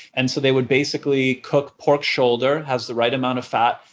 and so they would basically cook pork shoulder, has the right amount of fat,